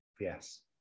Yes